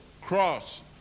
cross